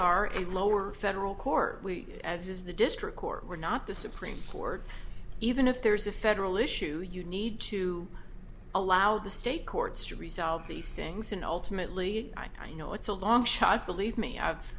are a lower federal court we as is the district court we're not the supreme court even if there's a federal issue you need to allow the state courts to resolve these things and ultimately i know it's a long shot believe me i've